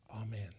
Amen